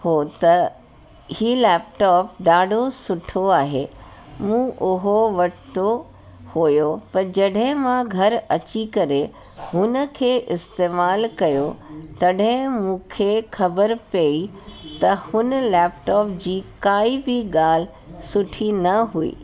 उहो त इहा लैपटॉप ॾाढो सुठो आहे मूं उहो वरितो हुओ पर जॾहिं मां घर में अची करे हुन खे इस्तेमालु कयो तॾहिं मूंखे ख़बर पई त हुन लैपटॉप जी काई बि ॻाल्हि सुठी न हुई